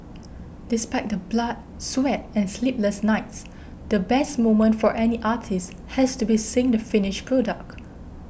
despite the blood sweat and sleepless nights the best moment for any artist has to be seeing the finished product